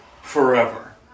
forever